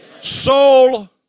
soul